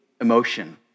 emotion